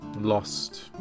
lost